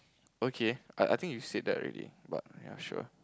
okay I I think you said that already but ya sure